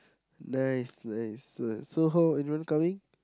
nice nice so how anyone coming